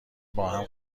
باهم